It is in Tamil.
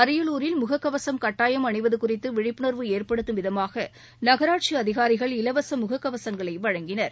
அரியலூரில் முகக்கவசம் கட்டாயம் அணிவது குறித்து விழிப்புணர்வு ஏற்படுத்தும் விதமாக நகராட்சி அதிகாரிகள் இலவச முகக்கவசங்களை வழங்கினர்